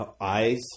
eyes